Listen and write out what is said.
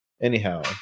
Anyhow